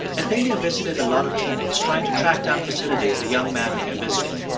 athalia visited a lot of clinics trying to track down facilities the young man may have visited.